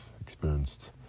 experienced